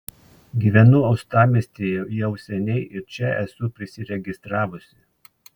gyvenu uostamiestyje jau seniai ir čia esu prisiregistravusi